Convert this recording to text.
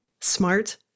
smart